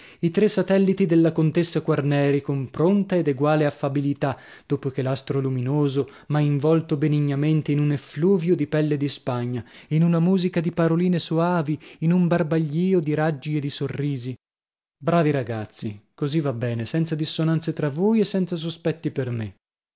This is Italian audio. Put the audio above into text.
i tre satelliti della contessa quarneri con pronta ed eguale affabilità dopo che l'astro luminoso m'ha involto benignamente in un effluvio di pelle di spagna in una musica di paroline soavi in un barbaglio di raggi e di sorrisi bravi ragazzi così va bene senza dissonanze tra voi e senza sospetti per me